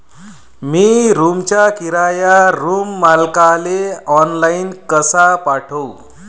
मी रूमचा किराया रूम मालकाले ऑनलाईन कसा पाठवू?